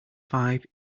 five